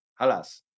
Halas